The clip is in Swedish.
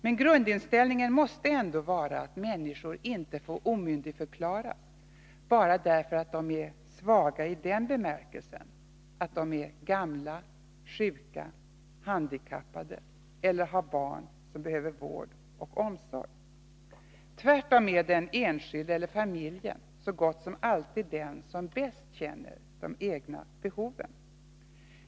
Men grundinsiällningen måste ändå vara att människor inte får omyndigförklaras bara därför att de är ”svaga” i den bemärkelsen att de är gamla, sjuka eller handikappade eller att de har barn som behöver vård och omsorg. Tvärtom är det så gott som alltid den enskilde eller familjen som bäst känner de egna behoven.